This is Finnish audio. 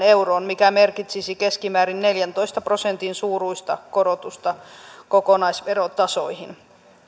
euroon mikä merkitsisi keskimäärin neljäntoista prosentin suuruista korotusta kokonaisverotasoihin